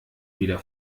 wieder